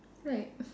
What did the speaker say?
right